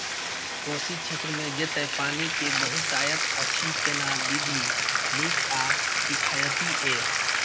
कोशी क्षेत्र मे जेतै पानी के बहूतायत अछि केना विधी नीक आ किफायती ये?